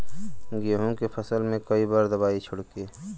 गेहूँ के फसल मे कई बार दवाई छिड़की?